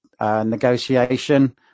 negotiation